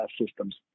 systems